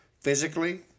physically